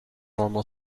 normal